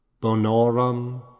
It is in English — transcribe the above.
Bonorum